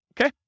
Okay